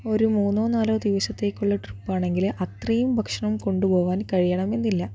ഒരു മൂന്നോ നാലോ ദിവസത്തേക്കുള്ള ട്രിപ്പാണെങ്കില് അത്രയും ഭക്ഷണം കൊണ്ടുപോകാൻ കഴിയണമെന്നില്ല